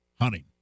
hunting